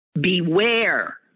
beware